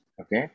Okay